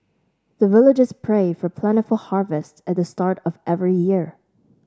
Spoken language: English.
the villagers pray for plentiful harvest at the start of every year